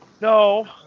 No